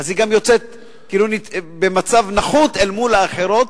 גם היא יוצאת כאילו במצב נחות אל מול האחרות.